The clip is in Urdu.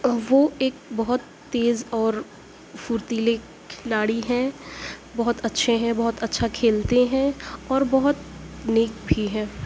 وہ ایک بہت تیز اور پھرتیلے کھلاڑی ہیں بہت اچھے ہیں بہت اچھا کھیلتے ہیں اور بہت نیک بھی ہیں